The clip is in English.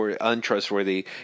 untrustworthy